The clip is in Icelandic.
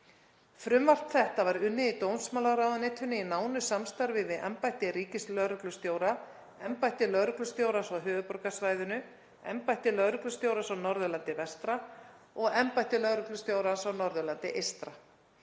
Frumvarp þetta var unnið í dómsmálaráðuneytinu í nánu samstarfi við embætti ríkislögreglustjóra, embætti lögreglustjórans á höfuðborgarsvæðinu, embætti lögreglustjórans á Norðurlandi vestra og embætti lögreglustjórans á Norðurlandi eystra.